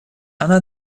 она